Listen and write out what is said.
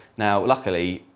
now luckily,